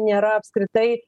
nėra apskritai